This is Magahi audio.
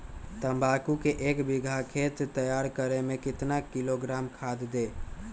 तम्बाकू के एक बीघा खेत तैयार करें मे कितना किलोग्राम खाद दे?